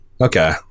okay